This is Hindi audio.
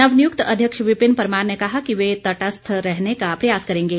नवनियुक्त अध्यक्ष विपिन परमार ने कहा कि वह तटस्थ रहने का प्रयास करेंगे